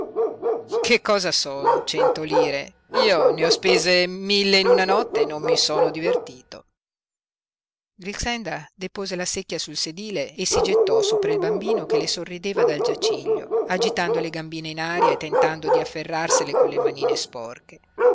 che cosa son cento lire io ne ho spese mille in una notte e non mi sono divertito grixenda depose la secchia sul sedile e si gettò sopra il bambino che le sorrideva dal giaciglio agitando le gambine in aria e tentando di afferrarsele con le manine sporche